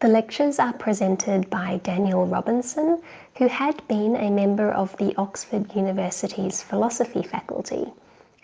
the lectures are presented by daniel robinson who had been a member of the oxford university's philosophy faculty